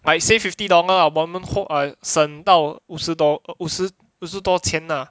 I save fifty dollar ah 我们 hope I 省到五十到五十多千 lah